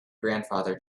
grandfather